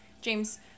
James